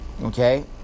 Okay